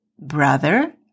brother